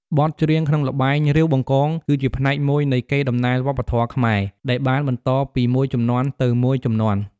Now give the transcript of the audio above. បទច្រៀងក្នុងល្បែង រាវបង្កង គឺជាផ្នែកមួយនៃ កេរដំណែលវប្បធម៌ខ្មែរ ដែលបានបន្តពីមួយជំនាន់ទៅមួយជំនាន់។